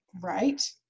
Right